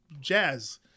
jazz